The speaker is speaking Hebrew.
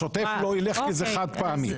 שוטף לא ילך כי זה חד פעמי.